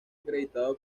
acreditado